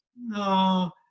no